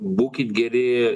būkit geri